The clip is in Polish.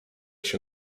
się